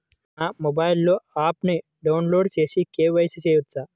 నా మొబైల్లో ఆప్ను డౌన్లోడ్ చేసి కే.వై.సి చేయచ్చా?